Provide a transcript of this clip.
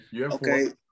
Okay